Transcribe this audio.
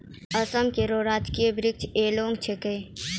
असम केरो राजकीय वृक्ष होलांग छिकै